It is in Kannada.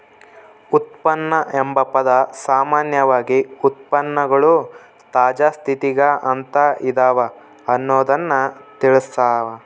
ಉತ್ಪನ್ನ ಎಂಬ ಪದ ಸಾಮಾನ್ಯವಾಗಿ ಉತ್ಪನ್ನಗಳು ತಾಜಾ ಸ್ಥಿತಿಗ ಅಂತ ಇದವ ಅನ್ನೊದ್ದನ್ನ ತಿಳಸ್ಸಾವ